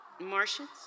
Martians